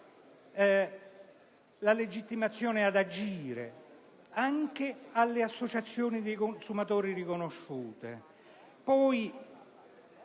la legittimazione ad agire concessa anche alle associazioni dei consumatori riconosciute).